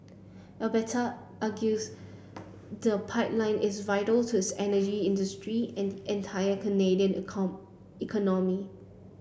Alberta argues the pipeline is vital to its energy industry and entire Canadian cone economy